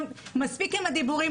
מספיק עם הדיבורים,